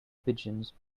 pigeons